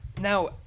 now